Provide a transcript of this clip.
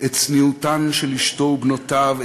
את צניעותן של אשתו ובנותיו,